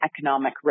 economic